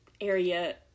area